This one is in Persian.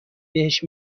بهش